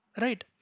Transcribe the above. Right